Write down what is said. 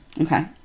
Okay